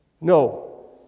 no